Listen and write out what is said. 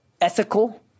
ethical